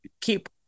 keep